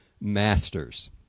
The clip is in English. Masters